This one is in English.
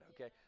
Okay